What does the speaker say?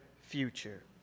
future